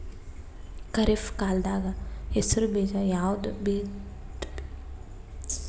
ಖರೀಪ್ ಕಾಲದಾಗ ಹೆಸರು ಬೀಜ ಯಾವದು ಬಿತ್ ಬೇಕರಿ?